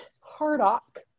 Hardock